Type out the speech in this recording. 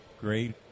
Great